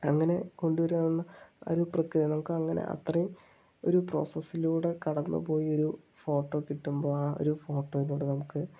അങ്ങനെ കൊണ്ടുവരുന്ന ആ ഒരു പ്രക്രിയ നമുക്ക് അങ്ങനെ അത്രയും ഒരു പ്രോസസിലൂടെ കടന്നുപോയ ഒരു ഫോട്ടോ കിട്ടുമ്പോൾ ആ ഒരു ഫോട്ടോനോട് നമുക്ക്